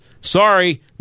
sorry